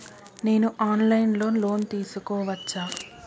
నేను online లో loan తీసుకోవచ్చా?